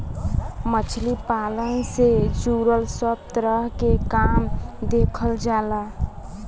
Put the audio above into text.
मछली पालन से जुड़ल सब तरह के काम देखल जाला